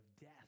death